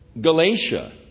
Galatia